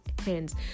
hands